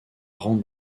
rang